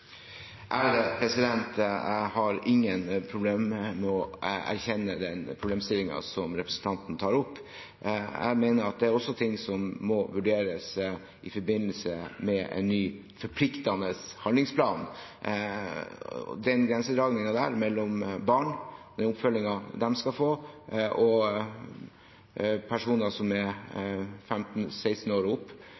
Jeg har ingen problemer med å erkjenne den problemstillingen som representanten tar opp. Jeg mener at det også er noe som må vurderes i forbindelse med en ny forpliktende handlingsplan, den grensedragningen mellom barn, og den oppfølgingen de skal få, og personer som er